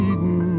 Eden